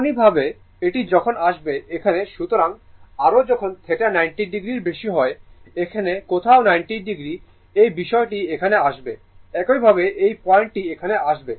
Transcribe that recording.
এমনিভাবে এটি যখন আসবে এখানে সুতরাং আরও যখন θ 90o এর বেশি হয় এখানে কোথাও 90o এই বিষয়টি এখানে আসবে একইভাবে এই পয়েন্টটি এখানে আসবে